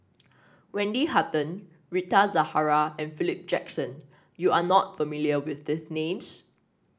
Wendy Hutton Rita Zahara and Philip Jackson You are not familiar with these names